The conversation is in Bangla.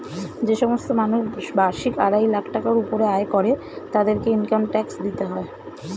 যে সমস্ত মানুষ বার্ষিক আড়াই লাখ টাকার উপরে আয় করে তাদেরকে ইনকাম ট্যাক্স দিতে হয়